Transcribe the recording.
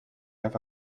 have